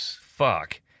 fuck